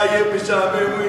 יהיה משעמם,